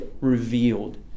revealed